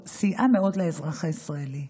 סייעה מאוד לאזרח הישראלי.